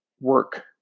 work